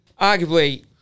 arguably